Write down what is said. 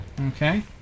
Okay